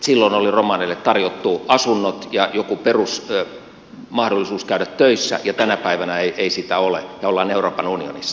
silloin oli romaneille tarjottu asunnot ja joku perusmahdollisuus käydä töissä ja tänä päivänä ei sitä ole ja ollaan euroopan unionissa